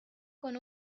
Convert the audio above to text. con